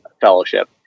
fellowship